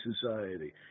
society